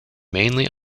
mainly